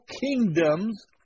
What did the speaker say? kingdoms